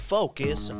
Focus